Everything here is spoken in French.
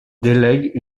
délègue